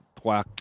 Trois